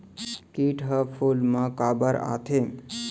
किट ह फूल मा काबर आथे?